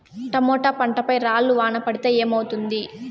Tomato పంట పై రాళ్లు వాన పడితే ఏమవుతుంది?